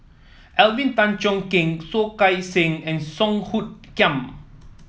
Alvin Tan Cheong Kheng Soh Kay Siang and Song Hoot Kiam